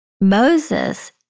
Moses